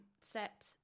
set